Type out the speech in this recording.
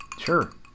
Sure